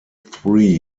three